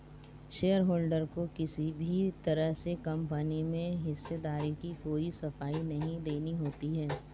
shareholder को किसी भी तरह से कम्पनी में हिस्सेदारी की कोई सफाई नहीं देनी होती है